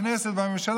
הכנסת והממשלה,